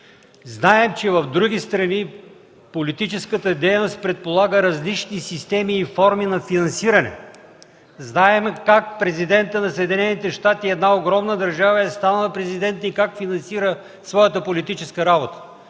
Знаем, че в други страни политическата дейност предполага различни системи и форми на финансиране, знаем как президентът на Съединените щати – една огромна държава, е станал президент и как финансира своята политическа работа.